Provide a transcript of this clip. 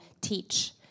teach